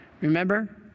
Remember